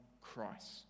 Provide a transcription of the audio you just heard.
Christ